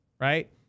right